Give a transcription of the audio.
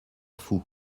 fou